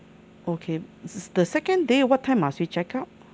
okay se~ the second day what time must we check out